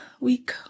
week